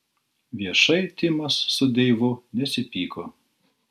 viešai timas su deivu nesipyko